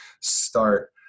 start